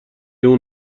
اون